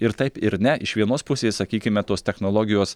ir taip ir ne iš vienos pusės sakykime tos technologijos